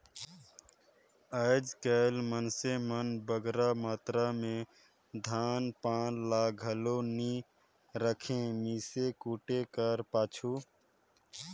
आएज काएल मइनसे मन बगरा मातरा में धान पान ल घलो नी राखें मीसे कूटे कर पाछू